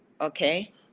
okay